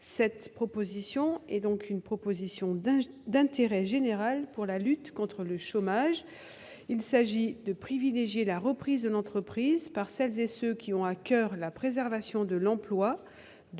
l'entreprise. C'est une proposition d'intérêt général pour lutter contre le chômage. Il s'agit de privilégier la reprise de l'entreprise par ceux qui ont à coeur la préservation de l'emploi,